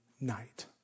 night